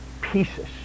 pieces